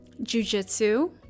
jujitsu